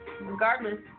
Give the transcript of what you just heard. Regardless